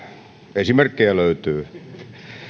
esimerkkejä löytyy